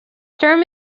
term